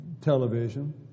television